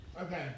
Okay